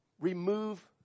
remove